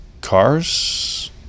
cars